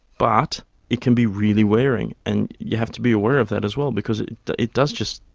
but it can be really wearing and you have to be aware of that as well because it it does just,